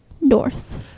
North